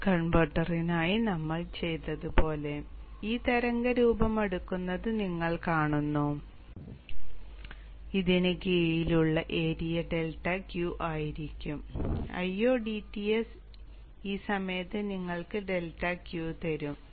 BOOST കൺവെർട്ടറിനായി നമ്മൾ ചെയ്തത് പോലെ ഈ തരംഗ രൂപമെടുക്കുന്നത് നിങ്ങൾ കാണുന്നു ഇതിന് കീഴിലുള്ള ഏരിയ ഡെൽറ്റ Q ആയിരിക്കും ഇതിന് കീഴിലുള്ള ഏരിയ ഡെൽറ്റ Q ആയിരിക്കും IodTs ഈ സമയത്ത് നിങ്ങൾക്ക് ഡെൽറ്റ Q തരും